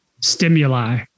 stimuli